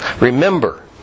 Remember